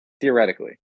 theoretically